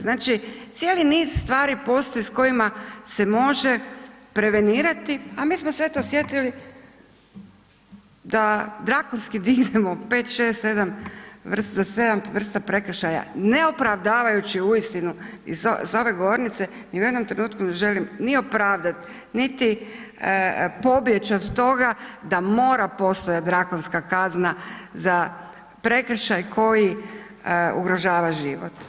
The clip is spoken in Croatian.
Znači, cijeli niz stvari postoji s kojima se može prevenirati, a mi smo se eto osjetili da drakonski dignemo 5, 6, 7 vrsta prekršaja ne opravdavajući uistinu i s ove govornice ni u jednom trenutku ne želim, ni opravdat, niti pobjeć od toga da mora postojat drakonska kazna za prekršaj koji ugrožava život.